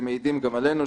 ומעידים גם עלינו,